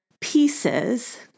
pieces